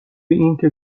اینکه